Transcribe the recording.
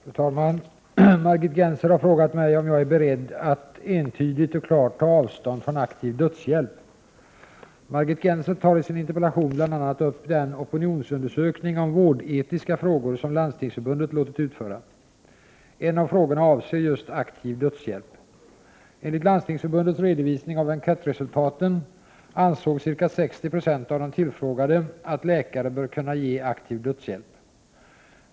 Fru talman! Margit Gennser har frågat mig om jag är beredd att entydigt och klart ta avstånd från ”aktiv dödshjälp”. Margit Gennser tar i sin interpellation bl.a. upp den opinionsundersökning om vårdetiska frågor som Landstingsförbundet låtit utföra. En av frågorna avser just aktiv dödshjälp. Enligt Landstingsförbundets redovisning av enkätresultaten ansåg ca 60 26 av de tillfrågade att läkare bör kunna ge aktiv dödshjälp.